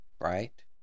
right